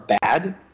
bad